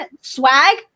Swag